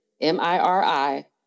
m-i-r-i